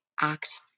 act